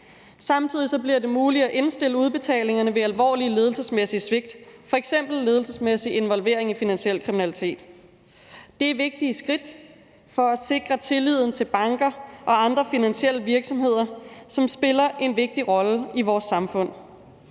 Samtidig bliver det muligt at indstille udbetalingerne ved alvorlige ledelsesmæssige svigt, f.eks. ledelsesmæssig involvering i finansiel kriminalitet. Det er vigtige skridt for at sikre tilliden til banker og andre finansielle virksomheder, som spiller en vigtig rolle i vores samfund.